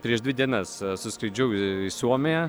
prieš dvi dienas suskraidžiau į suomiją